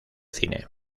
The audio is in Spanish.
cine